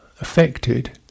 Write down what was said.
affected